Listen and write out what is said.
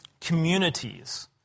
communities